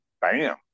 bam